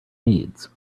needs